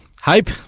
Hype